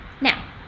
Now